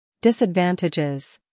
Disadvantages